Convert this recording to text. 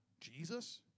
Jesus